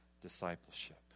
discipleship